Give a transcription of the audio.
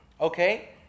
Okay